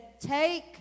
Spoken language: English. take